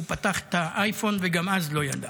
הוא פתח את האייפון וגם אז לא ידע.